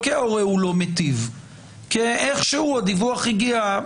כי ההורה הוא לא מיטיב אלא כי איכשהו הדיווח הגיע.